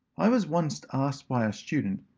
i was once asked by a student,